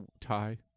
tie